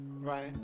Right